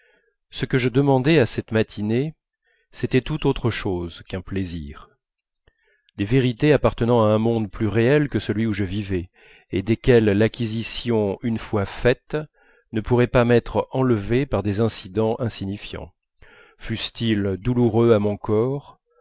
ce que je demandais à cette matinée c'était tout autre chose qu'un plaisir des vérités appartenant à un monde plus réel que celui où je vivais et desquelles l'acquisition une fois faite ne pourrait pas m'être enlevée par des incidents insignifiants fussent-ils douloureux à mon corps